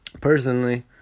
Personally